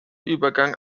übergang